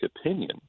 opinion